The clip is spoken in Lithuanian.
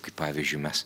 kaip pavyzdžiui mes